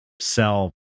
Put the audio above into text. sell